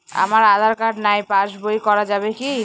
আমার আঁধার কার্ড নাই পাস বই করা যাবে কি?